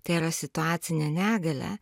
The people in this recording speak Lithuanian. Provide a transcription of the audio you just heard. tai yra situacinė negalia